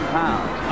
pounds